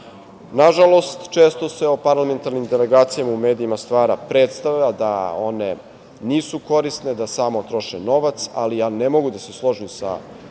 često se o parlamentarnim delegacijama, u medijima, stvara predstava da one nisu korisne, da samo troše novac, ali ja ne mogu da se složim sa